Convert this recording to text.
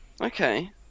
Okay